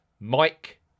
Mike